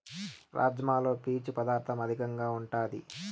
రాజ్మాలో పీచు పదార్ధం అధికంగా ఉంటాది